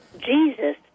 Jesus